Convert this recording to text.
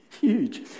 Huge